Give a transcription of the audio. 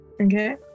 Okay